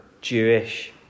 Jewish